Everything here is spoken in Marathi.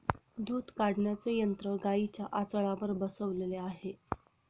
दूध काढण्याचे यंत्र गाईंच्या आचळावर बसवलेले आहे